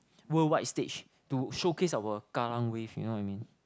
worldwide stage to showcase our Kallang Wave you know what I mean